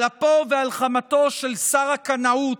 על אפו ועל חמתו של שר הקנאות,